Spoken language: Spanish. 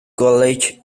college